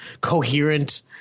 coherent